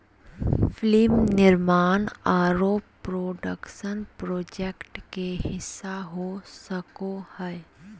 film निर्माण आरो production project के हिस्सा हो सको हय